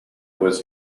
was